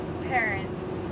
parents